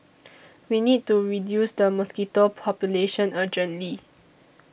we need to reduce the mosquito population urgently